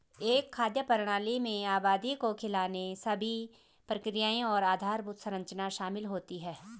एक खाद्य प्रणाली में आबादी को खिलाने सभी प्रक्रियाएं और आधारभूत संरचना शामिल होती है